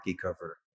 cover